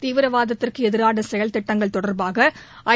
தீவிரவாதத்திற்கு எதிரான செயல் திட்டங்கள் தொடர்பாக ஐ